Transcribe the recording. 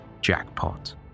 Jackpot